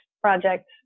project